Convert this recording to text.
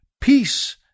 peace